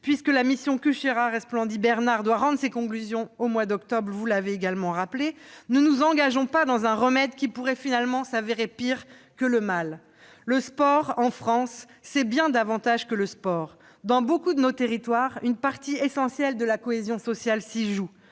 puisque la mission Cucherat Resplandy-Bernard doit rendre ses conclusions au mois d'octobre prochain- vous l'avez également rappelé -, n'optons pas pour un remède qui pourrait se révéler pire que le mal. Le sport, en France, c'est bien davantage que le sport. Dans beaucoup de nos territoires, une partie essentielle de la cohésion sociale s'y joue.